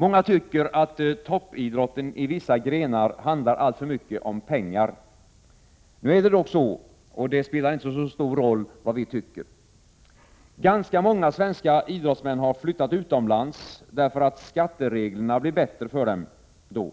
Många tycker att toppidrotten i vissa grenar handlar alltför mycket om pengar. Nu är det dock så, och det spelar inte särskilt stor roll vad vi tycker. Ganska många svenska idrottsmän har flyttat utomlands därför att skattereglerna blir bättre för dem då. I